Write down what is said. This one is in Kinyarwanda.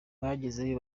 bagezeyo